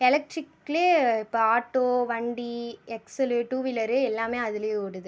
எலெக்ட்ரிக்கில் இப்போ ஆட்டோ வண்டி XL two wheeler எல்லாம் அதில் ஓடுது